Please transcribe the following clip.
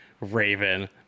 Raven